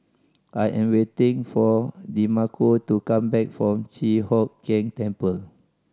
I am waiting for Demarco to come back from Chi Hock Keng Temple